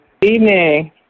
evening